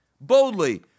boldly